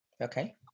Okay